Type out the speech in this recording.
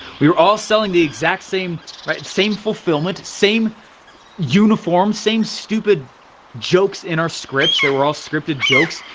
we were all selling the exact same right, same fulfillment, same uniform, same stupid jokes in our scripts that were all scripted jokes,